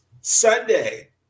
Sunday